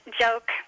joke